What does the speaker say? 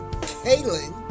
kaylin